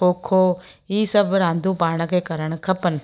खो खो ही सभु रांदियूं पाण खे करण खपेनि